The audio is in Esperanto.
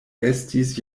estis